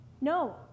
No